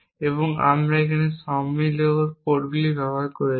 এবং আমরা এখানে সম্মতিকৃত পোর্টগুলি সরবরাহ করেছি